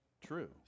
True